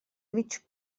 mig